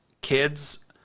kids